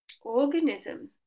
organism